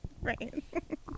Right